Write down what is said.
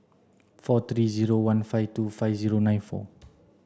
four three zero one five two five zero nine four